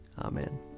Amen